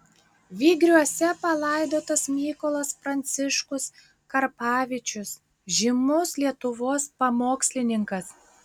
vygriuose palaidotas mykolas pranciškus karpavičius žymus lietuvos pamokslininkas